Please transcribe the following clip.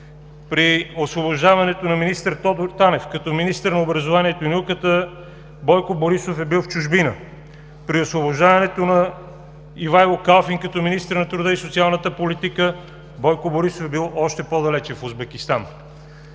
При освобождаването на министър Тодор Танев като министър на образованието и науката Бойко Борисов е бил в чужбина. При освобождаването на Ивайло Калфин като министър на труда и социалната политика Бойко Борисов е бил още по-далече – в Узбекистан.